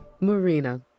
Marina